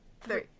three